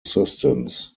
systems